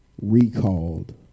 recalled